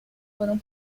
fueron